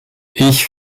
ich